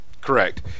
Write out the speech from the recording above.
Correct